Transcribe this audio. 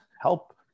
help